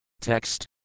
Text